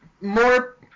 more